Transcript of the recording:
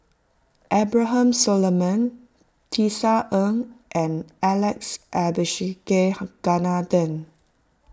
Abraham Solomon Tisa Ng and Alex Abisheganaden